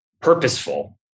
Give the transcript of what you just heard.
purposeful